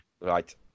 Right